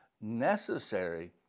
Necessary